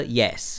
yes